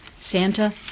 Santa